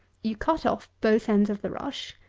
you cut off both ends of the rush,